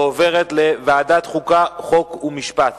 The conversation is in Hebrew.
החוקה, חוק ומשפט